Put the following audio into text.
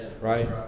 Right